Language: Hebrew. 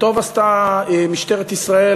וטוב עשתה משטרת ישראל,